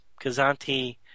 Kazanti